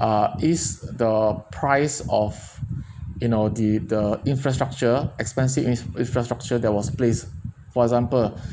uh is the price of you know the the infrastructure expensive ins~ infrastructure that was placed for example